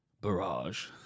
Barrage